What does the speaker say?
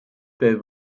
bei